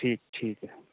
ਠੀਕ ਠੀਕ ਐ